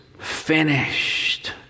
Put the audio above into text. finished